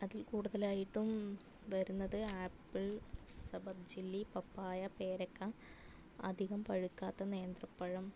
അതിൽ കൂടുതലായിട്ടും വരുന്നത് ആപ്പിൾ സബർജില്ലി പപ്പായ പേരക്ക അധികം പഴുക്കാത്ത നേന്ത്രപ്പഴം